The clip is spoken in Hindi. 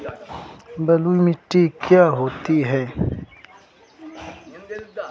बलुइ मिट्टी क्या होती हैं?